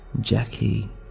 Jackie